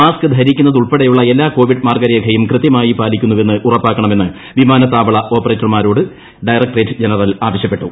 mask ധരിക്കുന്നതുൾപ്പെടെയുള്ള എല്ലാ covid മാർഗ്ഗരേഖയും കൃത്യമായി പാലിക്കുന്നുവെന്ന് ഉറപ്പാക്ക്ണമെന്ന് വിമാനത്താവള ഓപ്പറേറ്റർമാരോട് ഡയറക്ട്രേറ്റ് ജനറൽ ആവശ്യപ്പെട്ടു